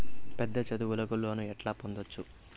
పెద్ద చదువులకు లోను ఎట్లా పొందొచ్చు